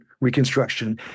Reconstruction